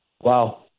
wow